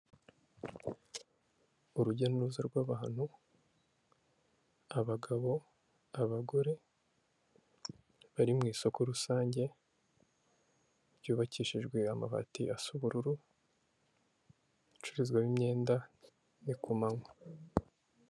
Urujya n'uruza rw'abantu, abagabo, abagore bari mu isoko rusange ryubakishijwe amabati asa ubururu hacururizwamo imyenda ni kumanywa.